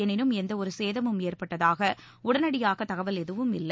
எனினும் எந்தவொரு சேதமும் ஏற்பட்டதாக உடனடியாக தகவல் எதுவும் இல்லை